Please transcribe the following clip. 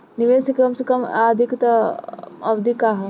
निवेश के कम से कम आ अधिकतम अवधि का है?